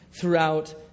throughout